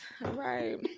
right